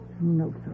No